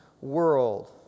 world